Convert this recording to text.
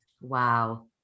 wow